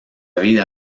vida